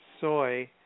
soy